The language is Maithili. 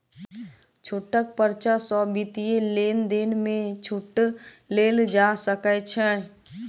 छूटक पर्चा सॅ वित्तीय लेन देन में छूट लेल जा सकै छै